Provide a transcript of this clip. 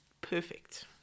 perfect